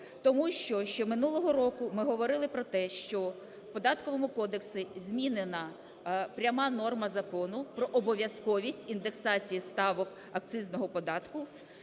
Тому що, ще минулого року ми говорили про те, що в Податковому кодексі змінена пряма норма закону про обов'язковість індексації ставок акцизного податку